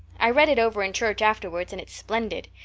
i read it over in church afterwards and it's splendid.